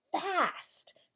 Fast